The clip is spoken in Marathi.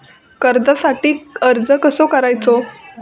कर्जासाठी अर्ज कसो करायचो?